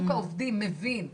שוק העובדים מבין,